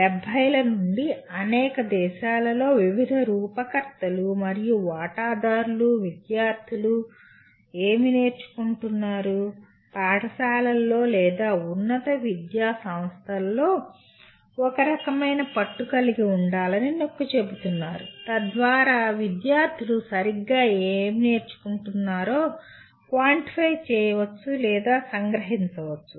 1970 ల నుండి అనేక దేశాలలో విధాన రూపకర్తలు మరియు వాటాదారులు విద్యార్ధులు ఏమి నేర్చుకుంటున్నారు పాఠశాలల్లో లేదా ఉన్నత విద్యా సంస్థలలో ఒక రకమైన పట్టు కలిగి ఉండాలని నొక్కి చెబుతున్నారు తద్వారా విద్యార్థులు సరిగ్గా ఏమి నేర్చుకుంటున్నారో క్వాంటిఫై చేయవచ్చు లేదా సంగ్రహించవచ్చు